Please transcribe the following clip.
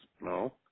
no